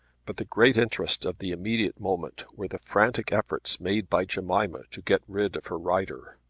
but the great interest of the immediate moment were the frantic efforts made by jemima to get rid of her rider.